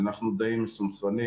אנחנו די מסונכרנים.